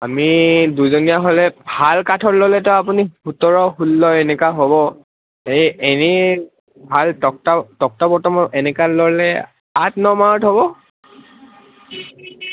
আমি দুজনীয়া হ'লে ভাল কাঠৰ ল'লেতো আপুনি সোতৰ ষোল্ল এনেকা হ'ব এই এনেই ভাল তক্তা বৰ্তমান এনেকে ল'লে আঠ ন মাহত হ'ব